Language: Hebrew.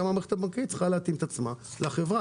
גם המערכת הבנקאית צריכה להתאים את עצמה לחברה.